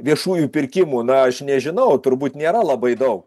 viešųjų pirkimų na aš nežinau turbūt nėra labai daug